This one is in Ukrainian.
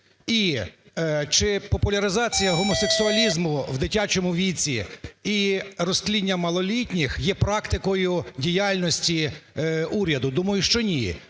І чи популяризація гомосексуалізму в дитячому віці і розтління малолітніх є практикою діяльності уряду? Думаю, що ні.